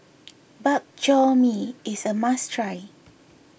Bak Chor Mee is a must try